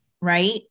right